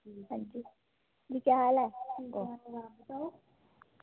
हां जी जी क्या हाल ऐ